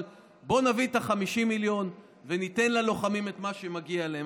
אבל בוא נביא את ה-50 מיליון וניתן ללוחמים את מה שמגיע להם.